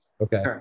Okay